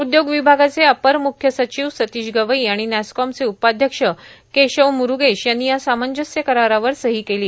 उद्योग विभागाचे अपर म्ख्य सचिव सतीश गवई आणि नॅसकॉमचे उपाध्यक्ष केशव म्रुगेश यांनी या सामंजस्य करारावर सही केली